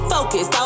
Focus